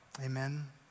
Amen